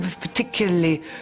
particularly